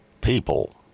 People